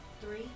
Three